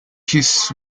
his